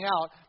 out